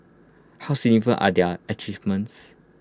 how are their achievements